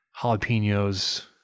jalapenos